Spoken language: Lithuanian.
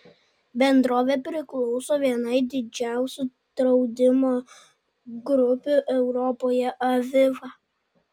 bendrovė priklauso vienai didžiausių draudimo grupių europoje aviva